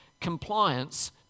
compliance